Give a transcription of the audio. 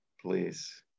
please